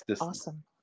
awesome